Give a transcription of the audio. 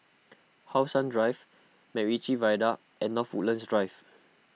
How Sun Drive MacRitchie Viaduct and North Woodlands Drive